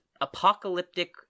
apocalyptic